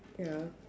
ya